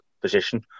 position